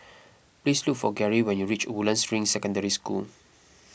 please look for Gerri when you reach Woodlands Ring Secondary School